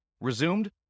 resumed